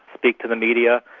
speak to the media,